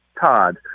Todd